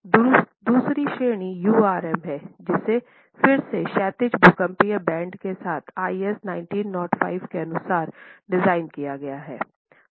दूसरी श्रेणी URM है जिसे फिर से क्षैतिज भूकंपी बैंड के साथ IS 1905 के अनुसार डिजाइन किया गया है